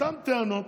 אותן טענות.